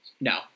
No